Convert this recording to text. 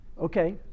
Okay